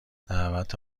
دعوت